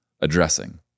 addressing